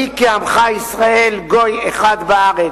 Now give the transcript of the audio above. מי כעמך ישראל גוי אחד בארץ.